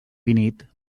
finit